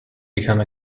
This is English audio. become